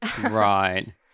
right